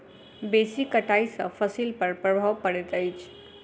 बेसी कटाई सॅ फसिल पर प्रभाव पड़ैत अछि